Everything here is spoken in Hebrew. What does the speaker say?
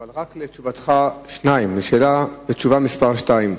אבל רק על תשובה מס' 2,